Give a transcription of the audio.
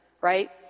Right